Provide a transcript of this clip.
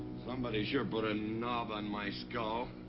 somebody sure put a knob on my skull.